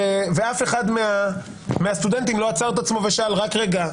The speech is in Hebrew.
ואף אחד מהסטודנטים לא עצר את עצמו ושאל "רק רגע,